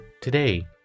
Today